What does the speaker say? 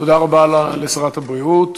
תודה רבה לשרת הבריאות.